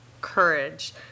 courage